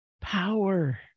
power